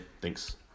Thanks